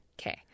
Okay